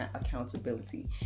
accountability